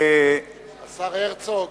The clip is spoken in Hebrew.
השר הרצוג.